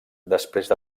després